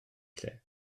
lle